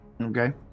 Okay